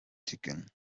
chicken